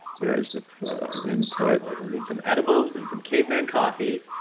where is the input. we'll need some edibles and some caveman coffee.